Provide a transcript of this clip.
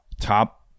top